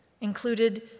included